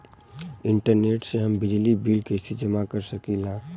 Internet से हम बिजली बिल कइसे जमा कर सकी ला?